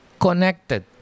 connected